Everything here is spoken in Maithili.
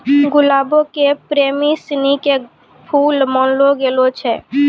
गुलाबो के प्रेमी सिनी के फुल मानलो गेलो छै